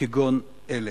כגון אלה.